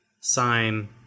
sign